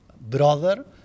brother